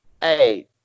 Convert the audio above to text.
Hey